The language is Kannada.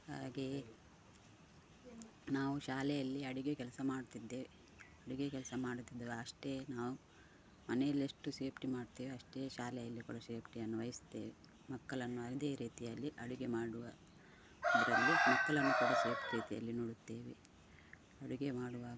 ಹಾಗೆಯೇ ನಾವು ಶಾಲೆಯಲ್ಲಿ ಅಡುಗೆ ಕೆಲಸ ಮಾಡ್ತಿದ್ದೆ ಅಡುಗೆ ಕೆಲಸ ಮಾಡುತ್ತಿದ್ದೆವು ಅಷ್ಟೇ ನಾವು ಮನೆಯಲ್ಲಿ ಎಷ್ಟು ಸೇಫ್ಟಿ ಮಾಡ್ತೇವೆ ಅಷ್ಟೇ ಶಾಲೆಯಲ್ಲಿ ಕೂಡ ಸೇಫ್ಟಿಯನ್ನು ವಹಿಸ್ತೇವೆ ಮಕ್ಕಳನ್ನು ಅದೇ ರೀತಿಯಲ್ಲಿ ಅಡುಗೆ ಮಾಡುವ ಇದರಲ್ಲಿ ಮಕ್ಕಳನ್ನು ಕೂಡ ಸೇಫ್ ರೀತಿಯಲ್ಲಿ ನೋಡುತ್ತೇವೆ ಅಡುಗೆ ಮಾಡುವಾಗ